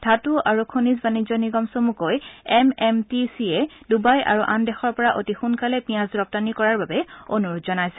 ধাতৃ আৰু খনিজ বাণিজ্য নিগম চমুকৈ এম এম টি চিয়ে ডুবাই আৰু আন দেশৰ পৰা অতি সোনকালে পিয়াজ ৰপ্তানি কৰাৰ বাবে অনূৰোধ জনাইছে